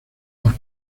por